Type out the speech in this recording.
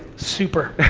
super.